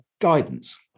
guidance